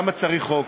למה צריך חוק,